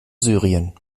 syrien